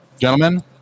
Gentlemen